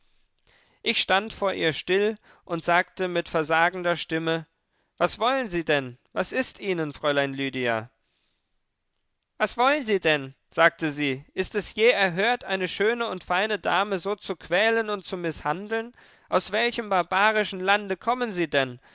ich stand vor ihr still und sagte mit versagender stimme was wollen sie denn was ist ihnen fräulein lydia was wollen sie denn sagte sie ist es je erhört eine schöne und feine dame so zu quälen und zu mißhandeln aus welchem barbarischen lande kommen sie denn